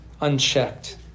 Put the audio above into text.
unchecked